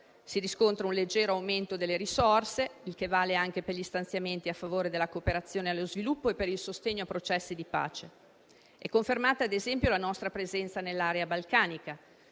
si riscontra un leggero aumento delle risorse, il che vale anche per gli stanziamenti a favore della cooperazione allo sviluppo e per il sostegno ai processi di pace. È confermata, ad esempio, la nostra presenza nell'area balcanica,